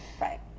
right